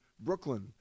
Brooklyn